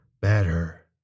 Better